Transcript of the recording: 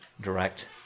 direct